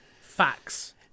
Facts